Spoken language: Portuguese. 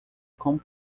com